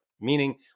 Meaning